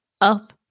Up